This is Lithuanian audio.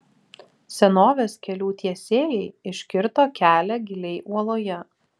senovės kelių tiesėjai iškirto kelią giliai uoloje